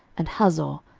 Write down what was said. and hazor,